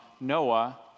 Noah